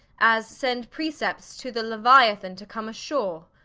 as send precepts to the leuiathan, to come ashore.